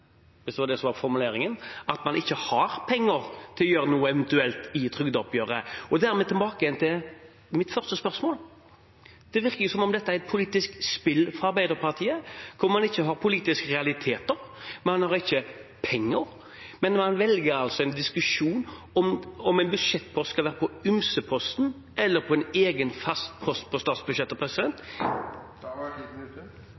hvis det var det som var formuleringen, at man ikke har penger til eventuelt å gjøre noe i trygdeoppgjøret. Dermed er vi tilbake til mitt første spørsmål. Det virker jo som om dette er et politisk spill fra Arbeiderpartiet, hvor man ikke har politiske realiteter, man har ikke penger, men man velger en diskusjon om en budsjettpost skal være på ymseposten eller på en egen fast post på statsbudsjettet.